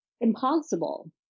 impossible